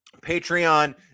Patreon